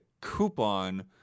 coupon –